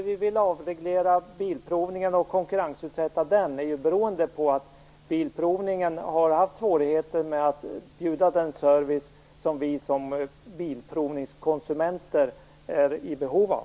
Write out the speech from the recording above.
Vi vill avreglera Bilprovningen och konkurrensutsätta den därför att Bilprovningen haft svårigheter med att erbjuda den service som vi som konsumenter är i behov av.